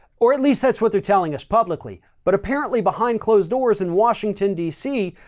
or at least that's what they're telling us publicly. but apparently behind closed doors in washington, d c,